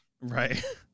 Right